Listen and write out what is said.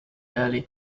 early